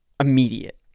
Immediate